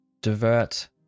divert